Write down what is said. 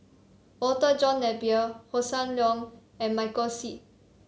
Walter John Napier Hossan Leong and Michael Seet